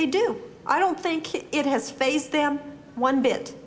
they do i don't think it has faze them one bit